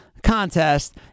contest